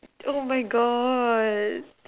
oh my God